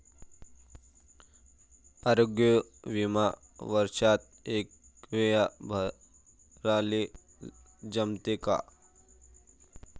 आरोग्य बिमा वर्षात एकवेळा भराले जमते का?